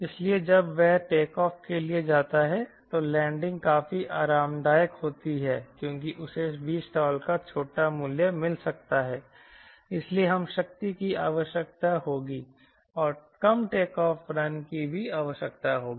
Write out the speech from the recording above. इसलिए जब वह टेकऑफ़ के लिए जाता है तो लैंडिंग काफी आरामदायक होती है क्योंकि उसे V स्टाल का छोटा मूल्य मिल सकता है इसलिए कम शक्ति की आवश्यकता होगी और कम टेकऑफ़ रन की भी आवश्यकता होगी